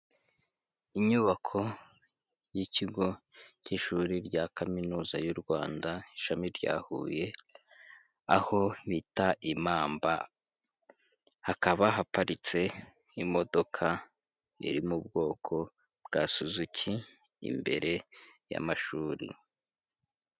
Inyubako y'ikigo cy'ishuri rya Kaminuza y'u Rwanda ishami rya Huye, aho bita i Mamba, hakaba haparitse imodoka iri mu bwoko bwa Suzuki, imbere y'amashuri.